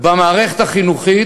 במערכת החינוכית,